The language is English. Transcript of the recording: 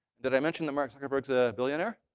did i mention that mark zuckerberg's a billionaire?